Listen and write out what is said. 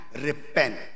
repent